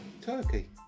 Turkey